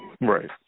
Right